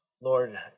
Lord